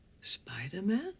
Spider-Man